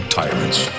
tyrants